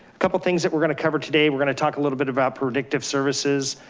couple of things that we're gonna cover today. we're gonna talk a little bit about predictive services.